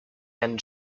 end